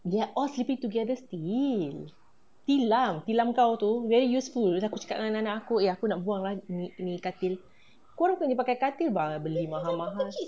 they are all sleeping together still tilam tilam kau tu very useful bila aku cakap dengan anak-anak aku aku nak buang ni ni katil korang kena pakai katil dah beli mahal-mahal